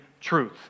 truth